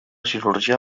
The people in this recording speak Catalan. cirurgià